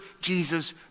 jesus